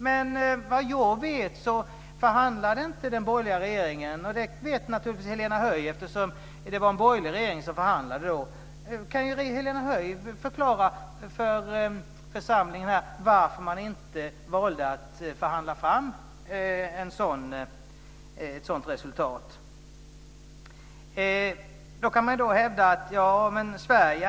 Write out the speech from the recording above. Men vad jag vet förhandlade inte den borgerliga regeringen om detta. Det vet naturligtvis Helena Höij. Kan Helena Höij förklara för församlingen varför inte ett sådant resultat förhandlades fram?